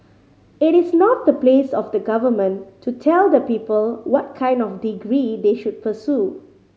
it is not the place of the Government to tell the people what kind of degree they should pursue